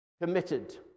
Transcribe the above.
committed